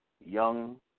young